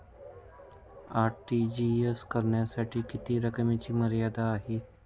RTGS करण्यासाठी किती रकमेची मर्यादा आहे?